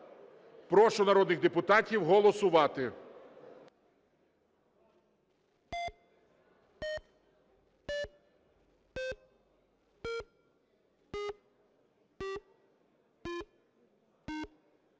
Прошу народних депутатів голосувати.